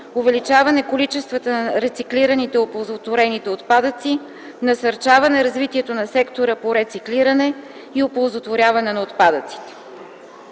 увеличаване количествата на рециклираните и оползотворените отпадъци; насърчаване развитието на сектора по рециклиране и оползотворяване на отпадъците.